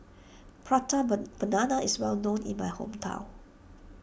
Prata Banana is well known in my hometown